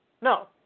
No